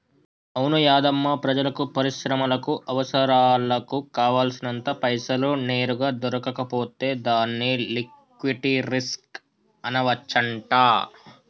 అవును యాధమ్మా ప్రజలకు పరిశ్రమలకు అవసరాలకు కావాల్సినంత పైసలు నేరుగా దొరకకపోతే దాన్ని లిక్విటీ రిస్క్ అనవచ్చంట